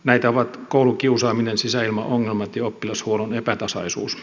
näitä ovat koulukiusaaminen sisäilmaongelmat ja oppilashuollon epätasaisuus